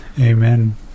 Amen